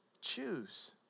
choose